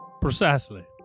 Precisely